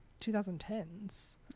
2010s